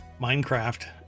Minecraft